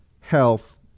health